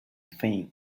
thing